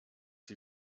sie